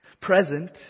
present